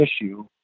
issue